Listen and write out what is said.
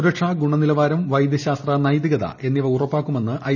സുരക്ഷ ഗുണനിലവാരം വൈദ്യശാസ്ത്ര നൈതികത എന്നിവ ഉറപ്പാകുമെന്ന് ഐ